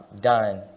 done